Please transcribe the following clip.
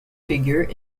figure